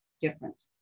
different